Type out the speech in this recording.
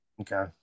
Okay